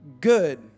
good